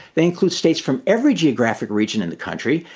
they include states from every geographic region in the country.